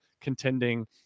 contending